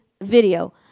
video